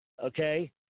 Okay